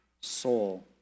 soul